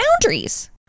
boundaries